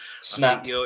Snap